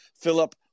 Philip